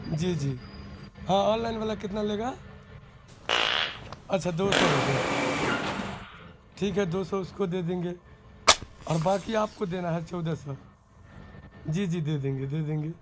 جی جی ہاں online والا کتنا لے گا اچھا دو سو روپیہ ٹھیک ہے دو سو اس کو دے دیں گے اور باقی آپ کو دینا ہے چودہ سو جی جی دے دیں گے دے دیں گے